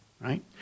right